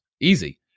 Easy